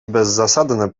bezzasadne